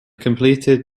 completed